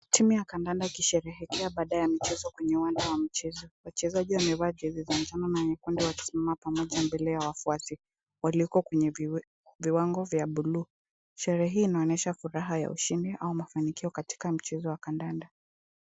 Timu ya kandanda ikisherehekea baada ya mchezo kwenye uwanja wa mchezo. Wachezaji wamevaa jezi za njano na nyekundu wakisimama pamoja mbele ya wafuasi walioko kwenye viwango vya buluu. Sherehe hii inaonyesha furaha ya ushindi au mafanikio katika mchezo wa kandanda.